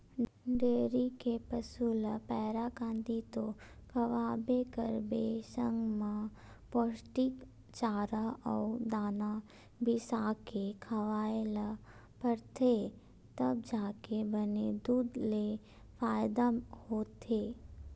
dairy के पसू ल पैरा, कांदी तो खवाबे करबे संग म पोस्टिक चारा अउ दाना बिसाके खवाए ल परथे तब जाके बने दूद ले फायदा होथे